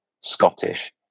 Scottish